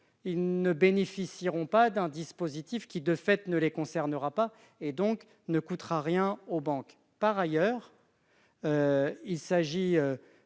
ils ne bénéficieront pas d'un dispositif qui, de fait, ne les concernera pas : cela ne coûtera donc rien aux banques. Par ailleurs, nous